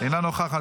אינה נוכחת.